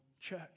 church